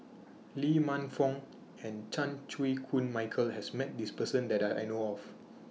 Lee Man Fong and Chan Chew Koon Michael has Met This Person that I know of